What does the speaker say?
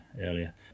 earlier